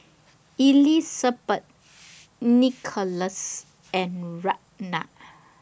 Elisabeth Nicolas and Ragna